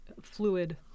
fluid